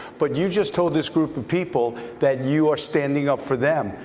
but you just told this group of people that you are standing up for them.